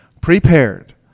prepared